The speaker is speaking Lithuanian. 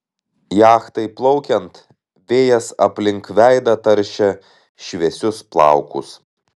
jachtai plaukiant vėjas aplink veidą taršė šviesius plaukus